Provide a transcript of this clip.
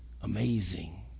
amazing